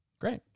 Great